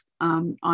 on